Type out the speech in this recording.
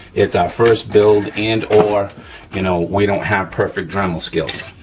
it's our first build, and or you know we don't have perfect dremel skills.